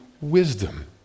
wisdom